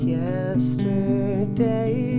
yesterday